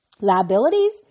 Liabilities